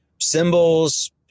symbols